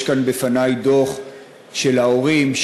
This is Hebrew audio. יש כאן בפני דוח של ההורים,